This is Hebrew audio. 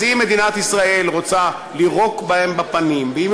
אז אם מדינת ישראל רוצה לירוק להם בפנים ואם היא